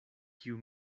kiu